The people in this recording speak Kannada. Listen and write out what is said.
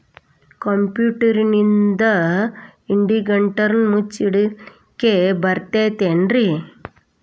ಕಂಪ್ಯೂಟರ್ನಿಂದ್ ಇಡಿಗಂಟನ್ನ ಮುಚ್ಚಸ್ಲಿಕ್ಕೆ ಬರತೈತೇನ್ರೇ?